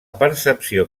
percepció